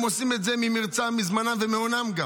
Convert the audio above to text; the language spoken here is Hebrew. הם עושים את זה ממרצם, מזמנם וגם מהונם.